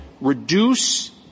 reduce